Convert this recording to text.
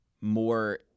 more